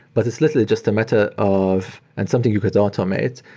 but it's literally just a matter of and something you could automate,